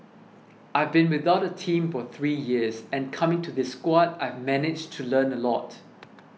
I've been without a team for three years and coming to this squad I've managed to learn a lot